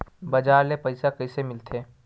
बजार ले पईसा कइसे मिलथे?